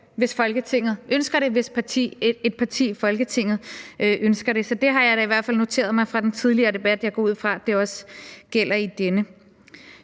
over for at dele lovforslag, hvis et parti i Folketinget ønsker det. Så det har jeg da i hvert fald noteret mig fra den tidligere debat, og jeg går ud fra, at det også gælder i denne.